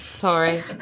sorry